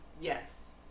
Yes